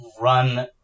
run